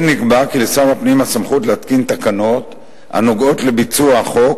כן נקבע כי לשר הפנים הסמכות להתקין תקנות הנוגעות לביצוע החוק